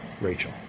Rachel